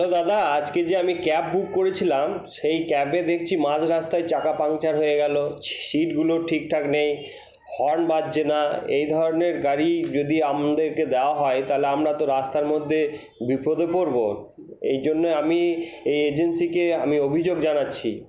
hello দাদা আজকে যে আমি ক্যাব বুক করেছিলাম সেই ক্যাবে দেখছি মাঝ রাস্তায় চাকা পাংচার হয়ে গেল সিটগুলো ঠিকঠাক নেই হর্ন বাজছে না এই ধরনের গাড়ি যদি আমাদেরকে দেওয়া হয় তালে আমরা তো রাস্তার মধ্যে বিপদে পড়বো এই জন্যই আমি এই এজিন্সিকে আমি অভিযোগ জানাচ্ছি